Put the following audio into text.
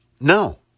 No